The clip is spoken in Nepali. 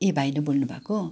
ए भाइ नै बोल्नु भएको